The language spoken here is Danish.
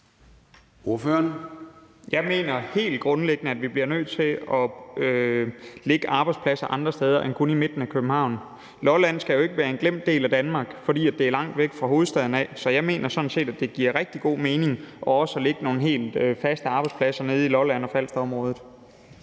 Jeg mener helt grundlæggende, at vi bliver nødt til at lægge arbejdspladser andre steder end kun i midten af København. Lolland skal jo ikke være en glemt del af Danmark, fordi det er langt væk fra hovedstaden. Så jeg mener sådan set, det giver rigtig god mening også at lægge nogle helt faste arbejdspladser nede i Lolland-Falster-området.